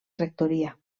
rectoria